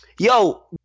Yo